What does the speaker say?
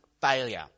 failure